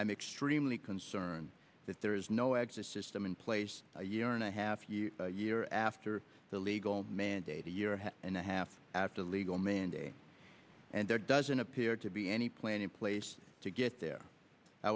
i'm extremely concerned that there is no exit system in place a year and a half year year after the legal mandate a year and a half after the legal mandate and there doesn't appear to be any plan in place to get there i